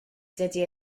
dydy